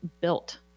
built